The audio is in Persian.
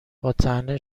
باطعنه